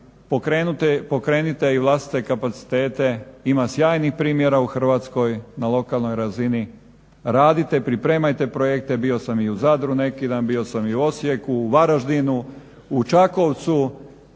pokrenite i vlastite kapacitete, ima sjajnih primjera u Hrvatskoj na lokalnoj razini. Radite, pripremajte projekte. Bio sam i u Zadru neki dan, bio sam i u Osijeku, u Varaždinu, u Čakovcu